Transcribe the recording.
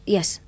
Yes